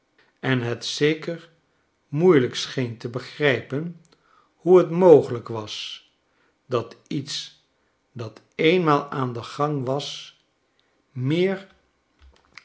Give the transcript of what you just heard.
en het zeker moeielijk scheen te begrijpen hoe t mogelijk was dat iets dat eenmaal aan den gang was meer